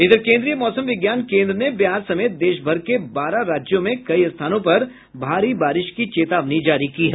इधर केन्द्रीय मौसम विज्ञान केन्द्र ने बिहार समेत देश भर के बारह राज्यों में कई स्थानों पर भारी बारिश की चेतावनी जारी की है